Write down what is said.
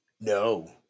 No